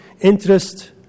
interest